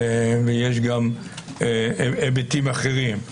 ויש גם היבטים אחרים.